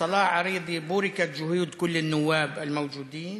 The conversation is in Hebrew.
סלאח ערידי: יבורכו מאמצי כל חברי הכנסת הנוכחים,